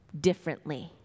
differently